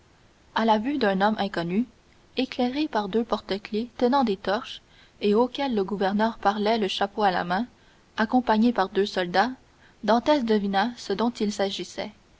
à la vue d'un homme inconnu éclairé par deux porte-clefs tenant des torches et auquel le gouverneur parlait le chapeau à la main accompagné par deux soldats dantès devina ce dont il s'agissait